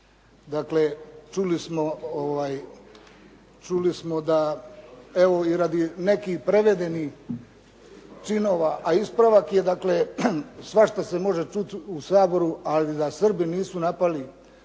Dakle, čuli smo da evo i radi nekih prevedenih činova, a ispravak je, dakle svašta se može čuti u Saboru, ali da Srbi nisu napali